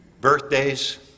Birthdays